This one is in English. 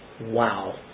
Wow